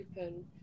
open